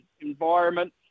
environment